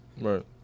Right